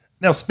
Now